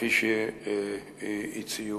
כפי שהציעו,